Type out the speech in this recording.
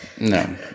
No